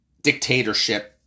dictatorship